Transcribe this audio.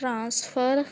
transfer